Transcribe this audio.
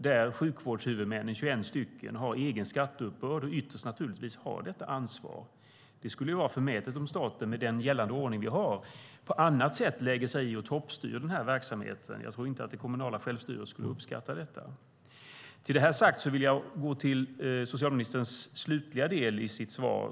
Där har sjukvårdshuvudmännen, 21 stycken, egen skatteuppbörd, och de har ytterst detta ansvar. Det skulle vara förmätet om staten med den gällande ordning vi har på annat sätt lägger sig i och toppstyr verksamheten. Jag tror inte att det kommunala självstyret skulle uppskatta det. Med detta sagt vill jag gå till socialministerns slutliga del i hans svar.